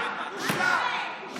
נא לצאת.